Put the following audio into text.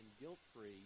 guilt-free